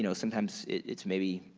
you know sometimes it's maybe,